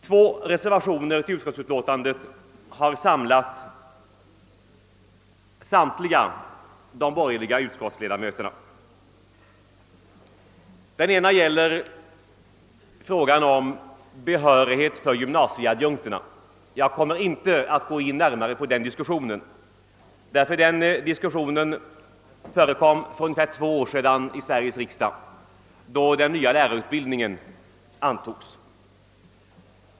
Två reservationer till utskottsutlåtandet har samlat samtliga borgerliga utskottsledamöter. Den ena gäller frågan om behörigheten för gymnasieadjunkterna. Jag kommer inte att gå närmare in på den saken, ty denna fråga diskuterade vi för ungefär två år sedan här i riksdagen, när förslaget om den nya lärarutbildningen antogs.